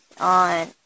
on